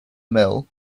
mill